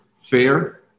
fair